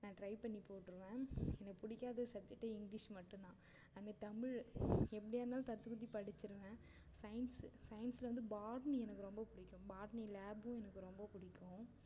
நான் ட்ரைப் பண்ணி போட்டுருவேன் எனக்கு பிடிக்காத சப்ஜெக்ட்டே இங்கிலிஷ் மட்டும் தான் அதுமாரி தமிழ் எப்படியாருந்தாலும் தத்தி குத்தி படித்திருவேன் சைன்ஸ் சைன்ஸில் வந்து பாட்டனி எனக்கு ரொம்ப பிடிக்கும் பாட்டனி லேப்பும் எனக்கு ரொம்ப பிடிக்கும்